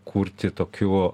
kurti tokių